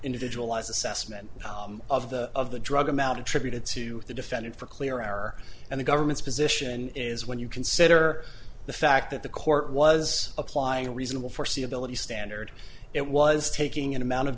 individual as assessment of the of the drug amount attributed to the defendant for clear error and the government's position is when you consider the fact that the court was applying reasonable foreseeability standard it was taking an amount of